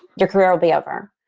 your career will be over.